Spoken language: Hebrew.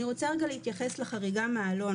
אני רוצה להתייחס לחריגה מהעלון.